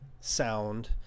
sound